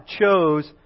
chose